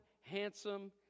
handsome